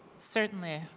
certainly,